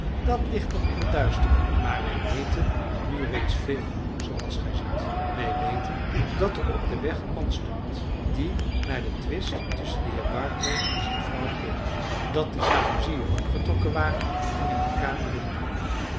dat ligt nog in het duister maar wij weten nu reeds veel zooals gij ziet wij weten dat er op den weg een man stond die naar den twist tusschen den heer barclay en zijn vrouw keek dat de jaloezieën opgetrokken waren en in de kamer licht brandde